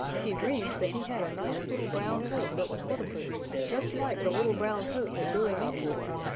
he dreamed that he had a nice little brown coat that was waterproof, just like the little brown coat that billy mink wore.